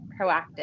proactive